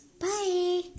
bye